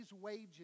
wages